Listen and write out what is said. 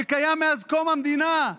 שקיים מאז קום המדינה,